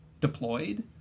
deployed